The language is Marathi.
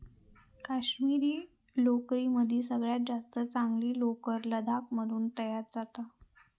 काश्मिरी लोकरीमदी सगळ्यात जास्त चांगली लोकर लडाख मधून तयार जाता